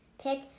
pick